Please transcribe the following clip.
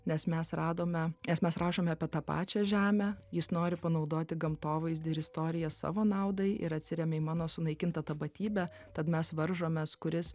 nes mes radome nes mes rašome apie tą pačią žemę jis nori panaudoti gamtovaizdį ir istoriją savo naudai ir atsiremia į mano sunaikintą tapatybę tad mes varžomės kuris